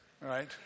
right